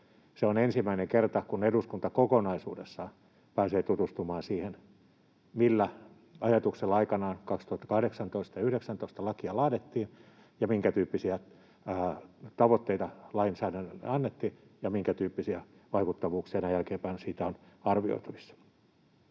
Se on ensimmäinen kerta, kun eduskunta kokonaisuudessaan pääsee tutustumaan siihen, millä ajatuksella aikanaan 2018 ja 2019 lakia laadittiin ja minkä tyyppisiä tavoitteita lainsäädännölle annettiin ja minkä tyyppisiä vaikuttavuuksia näin jälkeenpäin siitä on arvioitavissa.